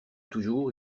toujours